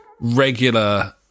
regular